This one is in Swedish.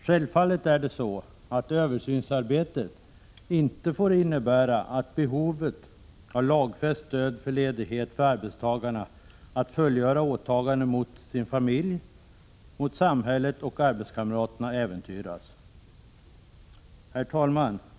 Självfallet får inte översynsarbetet innebära att man ifrågasätter arbetstagarnas behov av lagfäst stöd för ledighet för att fullgöra åtaganden mot familjen, samhället och arbetskamraterna. Herr talman!